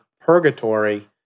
purgatory